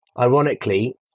ironically